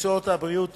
במקצועות הבריאות (תיקון)